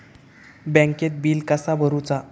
बँकेत बिल कसा भरुचा?